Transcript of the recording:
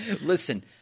Listen